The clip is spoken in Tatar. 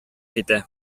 китә